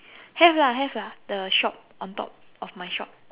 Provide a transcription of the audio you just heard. have lah have lah the shop on top of my shop